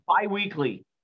bi-weekly